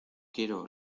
quiero